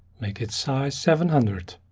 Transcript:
make its size seven hundred.